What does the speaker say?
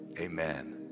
amen